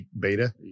beta